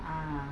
ah